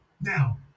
Now